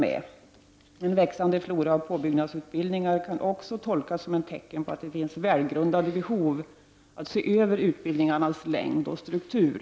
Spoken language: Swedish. En växande flora av påbyggnadsutbildningar kan också tolkas som ett tecken på att det finns ett välgrundat behov av att se över utbildningarnas längd och struktur.